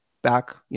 back